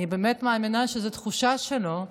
אני באמת מאמינה שזאת תחושה שלו.